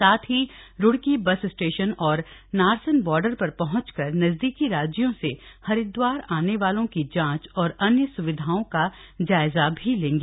साथ ही Roorkee bus station और नारसन बार्डर पर पहुंचकर नजदीकी राज्यों से हरिद्वार आने वालों की जांच और अन्य स्विधाओं का जायजा भी लेंगे